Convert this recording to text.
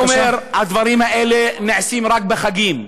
אני אומר, הדברים האלה נעשים רק בחגים,